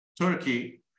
Turkey